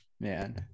man